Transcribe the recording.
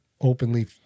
openly